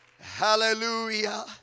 Hallelujah